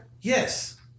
Yes